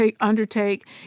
undertake